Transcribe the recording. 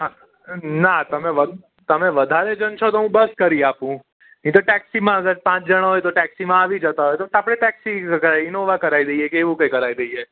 હા ના તમે તમે વધારે જણ છો તો હું બસ કરી આપું નહીં તો ટેક્સીમાં અગર પાંચ જણા હોય તો ટેક્સીમાં આવી જતા હોય તો આપણે ટેક્સી કરાવી ઈનોવા કરાવી લઇએ એવું કંઈ કરાવી દઈએ